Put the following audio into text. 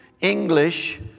English